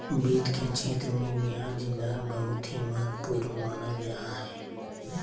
वित्त के क्षेत्र मे ब्याज दर बहुत ही महत्वपूर्ण मानल जा हय